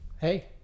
hey